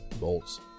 bolts